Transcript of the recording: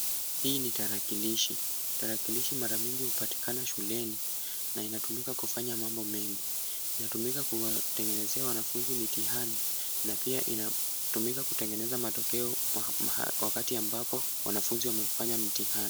Hii ni tarakilishi. Tarakilishi mara nyingi hupatikana shuleni na inatumika kufanya mambo mengi. Inatumika kuwatengenezea wanafunzi mitihani na pia inatumika kutengeneza matokeo wakati ambapo wanafunzi wamefanya mtihani.